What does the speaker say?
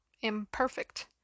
imperfect